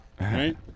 right